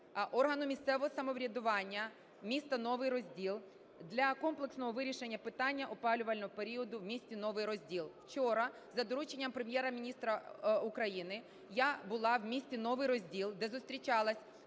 органу місцевого самоврядування міста Новий Розділ для комплексного вирішення питання опалювального періоду в місті Новий Розділ. Вчора за дорученням Прем'єр-міністра України я була в місті Новий Розділ, де зустрічалася